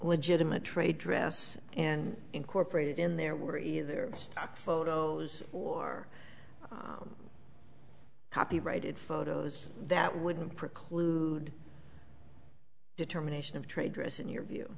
legitimate trade dress and incorporated in there were either stock photos or copyrighted photos that wouldn't preclude determination of trade dress in your view